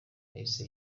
yahise